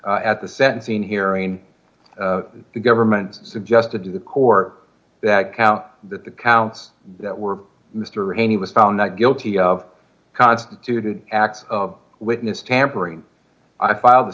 at the sentencing hearing the government suggested to the court that count the counts that were mr rayney was found not guilty of constituted acts of witness tampering i filed a